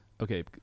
Okay